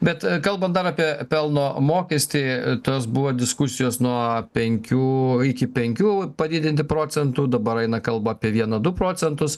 bet kalban dar apie pelno mokestį tas buvo diskusijos nuo penkių iki penkių padidinti procentų dabar eina kalba apie vieną du procentus